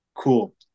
Cool